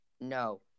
no